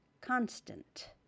constant